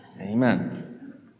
amen